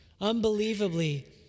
Unbelievably